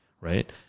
right